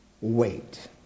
wait